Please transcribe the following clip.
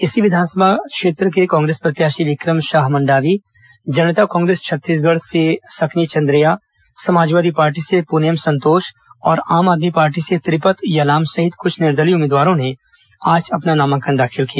इसी विधानसभा क्षेत्र के कांग्रेस प्रत्याशी विक्रम शाह मंडावी जनता कांग्रेस छत्तीसगढ से सकनी चंद्रेया समाजवादी पार्टी से पुनेम संतोष और आम आदमी पार्टी से त्रिपत यलाम सहित कुछ निर्दलीय उम्मीदवारों ने अपना नामांकन दाखिल किया